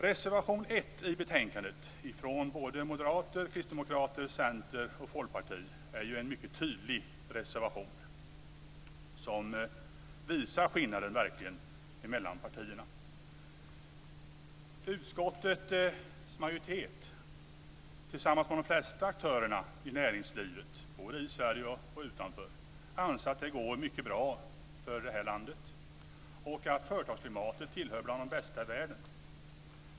Reservation 1 i betänkandet från både moderater, kristdemokrater, centerpartister och folkpartister är ju en mycket tydlig reservation som verkligen visar skillnaden mellan partierna. Utskottets majoritet tillsammans med de flesta aktörerna i näringslivet, både i Sverige och utanför, anser att det går mycket bra för det här landet och att företagsklimatet tillhör bland de bästa i världen.